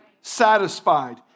satisfied